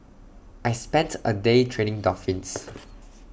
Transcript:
I spent A day training dolphins